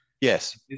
Yes